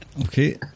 Okay